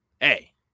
hey